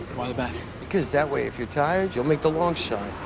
why the back? because that way, if you're tired, you'll make the long shot.